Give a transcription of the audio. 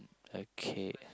okay